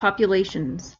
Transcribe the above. populations